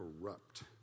corrupt